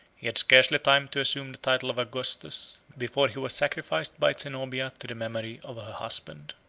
he had scarcely time to assume the title of augustus, before he was sacrificed by zenobia to the memory of her husband.